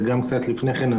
וגם קצת לפני כן,